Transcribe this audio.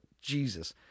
Jesus